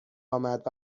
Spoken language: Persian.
آمد